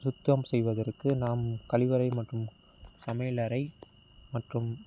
சுத்தம் செய்வதற்கு நாம் கழிவறை மற்றும் சமையல் அறை மற்றும்